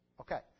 Okay